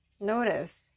notice